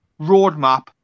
roadmap